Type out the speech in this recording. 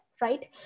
right